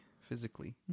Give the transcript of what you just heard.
physically